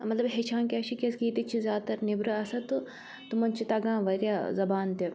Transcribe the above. مطلب ہیٚچھان کیٛاہ چھِ کیٛازکہِ ییٚتِکۍ چھِ زیادٕ تَر نیٚبرٕ آسان تہٕ تُمَن چھُ تَگان واریاہ زَبان تہِ